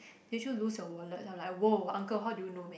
did you lose your wallet then I'm like !woah! uncle how do you know man